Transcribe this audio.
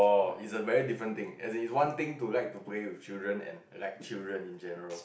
it's a very different thing as it's one thing to like to play with children and like children in general